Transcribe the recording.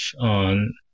on